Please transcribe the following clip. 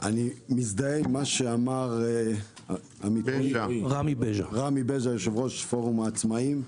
אני מזדהה עם מה שאמר רמי בז'ה יושב-ראש פורום העצמאיים,